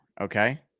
okay